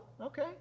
okay